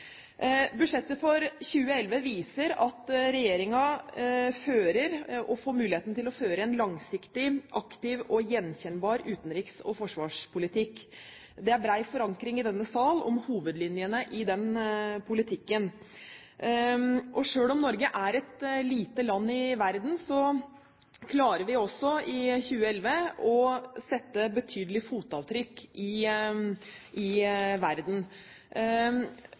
Budsjettet for 2011 viser at regjeringen fører, og får muligheten til å føre, en langsiktig, aktiv og gjenkjennbar utenriks- og forsvarspolitikk. Det er bred forankring i denne sal om hovedlinjene i den politikken. Selv om Norge er et lite land i verden, klarer vi også i 2011 å sette betydelige fotavtrykk i verden.